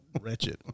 wretched